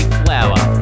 flower